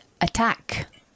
attack